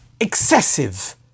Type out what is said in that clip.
excessive